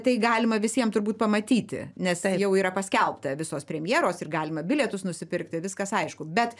tai galima visiem turbūt pamatyti nes jau yra paskelbta visos premjeros ir galima bilietus nusipirkti viskas aišku bet